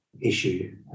issue